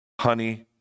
Honey